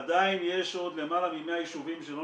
עדיין יש עוד למעלה מ-100 ישובים שלא